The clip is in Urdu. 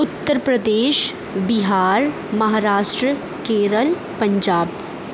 اتر پردیش بہار مہاراشٹر کیرل پنجاب